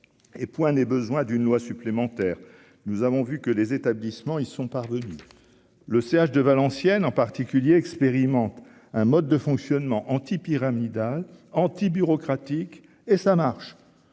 et point n'est besoin d'une loi supplémentaire, nous avons vu que les établissements, ils sont parvenus le CH de Valenciennes en particulier expérimente un mode de fonctionnement anti-pyramidal anti-bureaucratique et ça marche